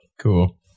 Cool